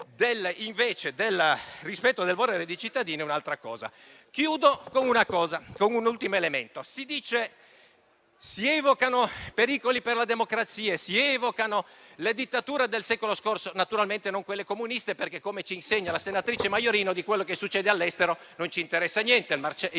con un ultimo elemento. Si evocano pericoli per la democrazia e le dittature del secolo scorso, naturalmente non quelle comuniste, perché, come ci insegna la senatrice Maiorino, di quello che succede all'estero non ci interessa niente.